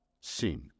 sin